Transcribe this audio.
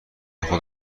خود